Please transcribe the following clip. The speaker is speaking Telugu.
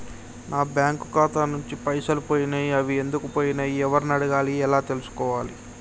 నా బ్యాంకు ఖాతా నుంచి పైసలు పోయినయ్ అవి ఎందుకు పోయినయ్ ఎవరిని అడగాలి ఎలా తెలుసుకోవాలి?